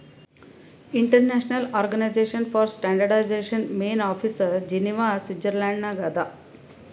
international organization for standardization main office Geneva Switzerland ನಾಗ್ ಅದಾ